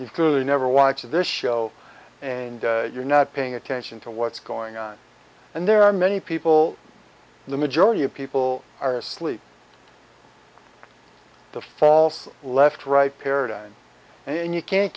you truly never watch this show and you're not paying attention to what's going on and there are many people the majority of people are asleep the false left right paradigm and you can't